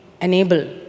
enable